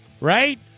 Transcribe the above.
right